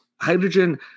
Hydrogen